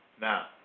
Now